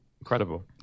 Incredible